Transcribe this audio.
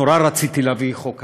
נורא רציתי להביא חוק היום.